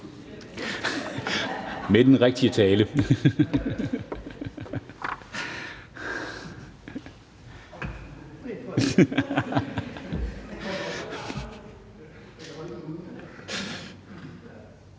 med den rigtige tale.